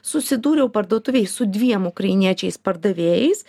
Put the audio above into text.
susidūriau parduotuvėj su dviem ukrainiečiais pardavėjais